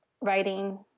writing